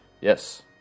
Yes